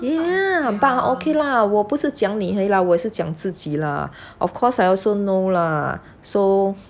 你啊 but okay lah 我不是讲你而已啦我也是讲自己 lah of course I also know lah so